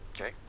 Okay